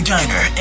Diner